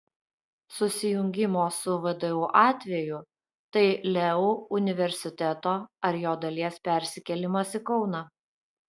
susijungimo su vdu atveju tai leu universiteto ar jo dalies persikėlimas į kauną